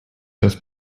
has